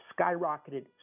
skyrocketed